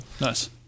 Nice